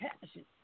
passion